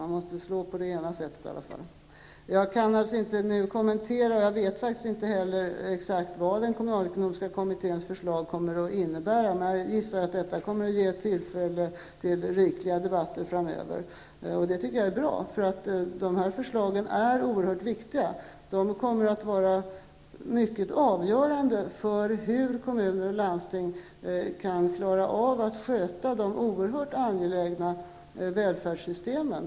Man måste i alla fall slå från det ena hållet. Jag vet nu inte exakt vad den kommunalekonomiska kommitténs förslag kommer att innebära, så därför kan jag inte kommentera dem. Men jag gissar att förslagen kommer att ge tillfälle till rikligt med debatter framöver. Det tycker jag är bra, eftersom dessa förslag är oerhört viktiga. De kommer att vara avgörande för hur kommuner och landsting skall kunna klara av att hantera välfärdssystemen.